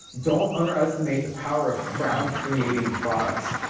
don't underestimate the power of crowd creating products,